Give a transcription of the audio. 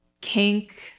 kink